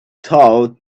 thought